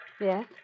Yes